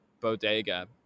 bodega